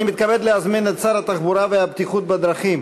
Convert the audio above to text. אני מתכבד להזמין את שר התחבורה והבטיחות בדרכים